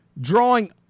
drawing